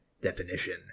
definition